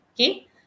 Okay